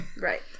Right